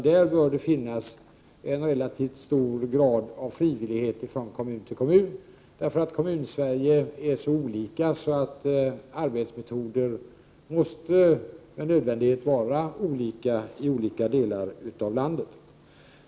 Där bör det finnas en relativt stor grad av frivillighet från kommun till kommun. de Prot. 1988/89:123 Kommunsverige är så olika att arbetsmetoderna med nödvändighet måste vara olika i olika delar av landet.